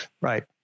Right